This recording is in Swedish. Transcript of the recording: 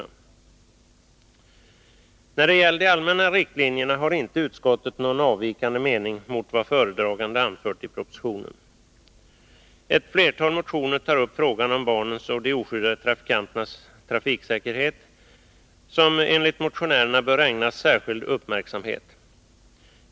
När det gäller de allmänna riktlinjerna har inte utskottet någon annan mening än vad föredraganden anfört i propositionen. Ett flertal motioner tar upp frågan om barnens och de oskyddade trafikanternas trafiksäkerhet, som enligt motionärerna bör ägnas särskild uppmärksamhet.